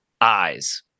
eyes